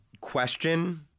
question